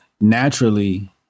naturally